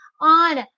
on